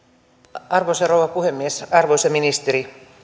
arvoisa rouva puhemies arvoisa ministeri